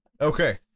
Okay